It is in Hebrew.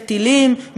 מדליפה,